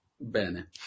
Bene